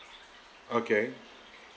okay